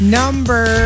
number